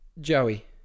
Joey